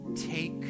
take